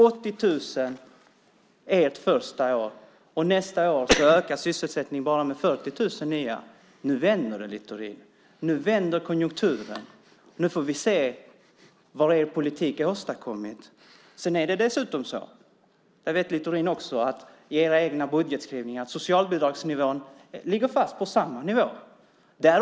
80 000 nya jobb har det blivit under ert första år. Nästa år ökar sysselsättningen med bara 40 000 nya jobb. Nu vänder det, Littorin! Nu vänder konjunkturen, så nu får vi se vad er politik har åstadkommit. Dessutom ligger, vilket också Littorin vet, socialbidragsnivån i era egna budgetskrivningar kvar på samma nivå.